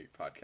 podcast